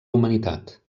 humanitat